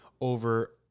over